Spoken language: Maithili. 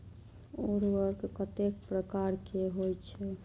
उर्वरक कतेक प्रकार के होई छै?